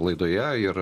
laidoje ir